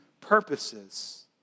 purposes